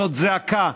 זו זעקה.